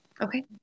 Okay